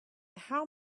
how